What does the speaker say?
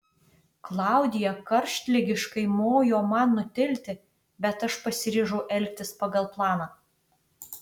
klaudija karštligiškai mojo man nutilti bet aš pasiryžau elgtis pagal planą